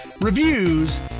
reviews